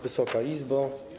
Wysoka Izbo!